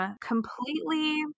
completely